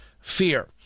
Fear